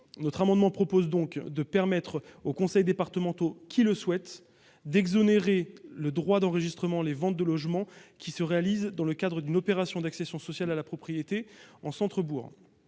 Nous proposons donc de permettre aux conseils départementaux qui le souhaitent d'exonérer de droits d'enregistrement des ventes de logements qui sont réalisées dans le cadre d'une opération d'accession sociale à la propriété en centre-bourg.